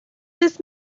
this